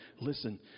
listen